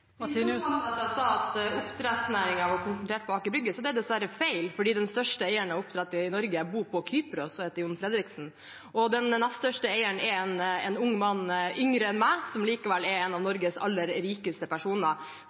sa at oppdrettsnæringen var konsentrert på Aker Brygge, er det dessverre feil, fordi den største eieren av oppdrett i Norge bor på Kypros og heter John Fredriksen. Den nest største eieren er en ung mann, yngre enn meg, som likevel er en av Norges aller rikeste personer